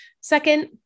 Second